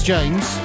James